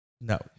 no